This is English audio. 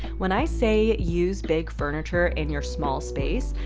when i say use big furniture in your small space,